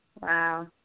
Wow